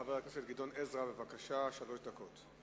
חבר הכנסת גדעון עזרא, בבקשה, שלוש דקות,